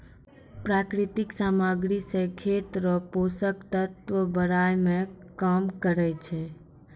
प्राकृतिक समाग्री से खेत रो पोसक तत्व बड़ाय मे काम करै छै